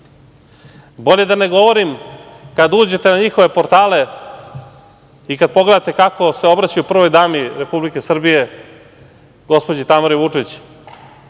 da ne govorim kada uđete na njihove portale i kada pogledate kako se obraćaju prvoj dami Republike Srbije, gospođi Tamari Vučić,